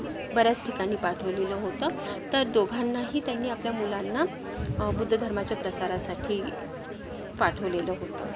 बऱ्याच ठिकाणी पाठवलेलं होतं तर दोघांनाही त्यांनी आपल्या मुलांना बुद्ध धर्माच्या प्रसारासाठी पाठवलेलं होतं